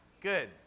good